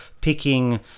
picking